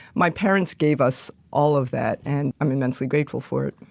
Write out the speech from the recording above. my parents gave us all of that and i'm immensely grateful for it.